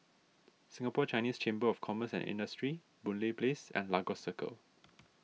Singapore Chinese Chamber of Commerce and Industry Boon Lay Place and Lagos Circle